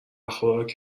خوراک